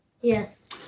Yes